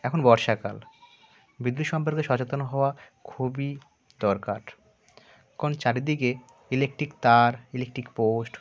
এখন বর্ষাকাল বিদ্যুৎ সম্পর্কে সচেতন হওয়া খুবই দরকার কারণ চারিদিকে ইলেকট্রিক তার ইলেকট্রিক পোস্ট